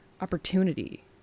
opportunity